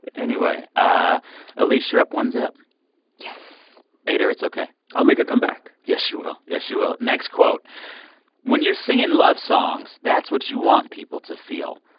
anyway, ah elise, you're up one zip yes eyder, it's ok i'll make a comeback yes, you will. yes, you will. next quote when you're singing love songs, that's what you want people to feel.